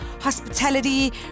hospitality